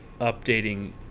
updating